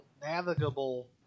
navigable